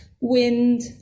wind